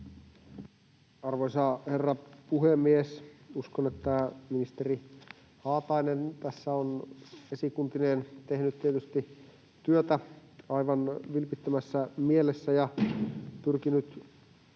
Arvoisa herra puhemies! Uskon, että ministeri Haatainen tässä on esikuntineen tehnyt tietysti työtä aivan vilpittömässä mielessä ja pyrkinyt